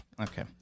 Okay